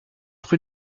rue